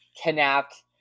kidnapped